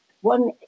one